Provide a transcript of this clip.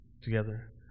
together